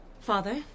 Father